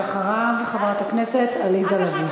ואחריו, חברת הכנסת עליזה לביא.